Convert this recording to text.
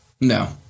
No